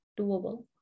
Doable